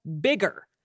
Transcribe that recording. bigger